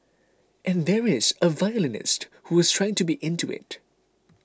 and there is a violinist who was trying to be into it